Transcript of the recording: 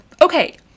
Okay